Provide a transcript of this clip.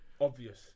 obvious